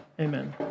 Amen